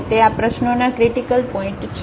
તેથી આ આ પ્રશ્નોના ક્રિટીકલ પોઇન્ટ છે